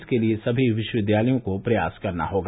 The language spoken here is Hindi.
इसके लिए सभी विश्व विद्यालयों को प्रयास करना होगा